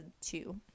two